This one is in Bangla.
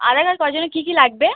আধার কার্ড করার জন্য কী কী লাগবে